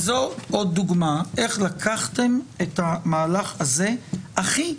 וזאת עוד דוגמה איך לקחתם את המהלך הזה הכי,